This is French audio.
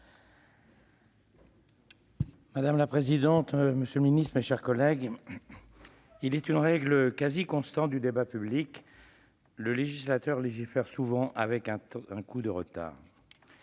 Madame la présidente, monsieur le ministre, mes chers collègues, il est une règle quasi constante du débat public : le législateur légifère souvent avec un coup de retard.